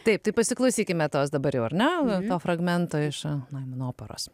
taip taip pasiklausykime tos dabar jau ar ne to fragmento iš na operos